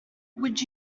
would